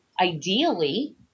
ideally